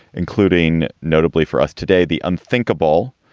including notably for us today, the unthinkable,